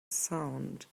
sound